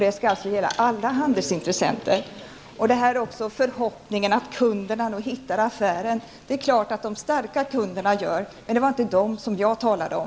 Det skall alltså gälla alla handelsintressenter. Om förhoppningen att kunderna hittar affären vill jag säga att det är klart att de starka kunderna gör. Men det var inte dem jag talade om.